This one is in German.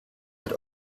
hat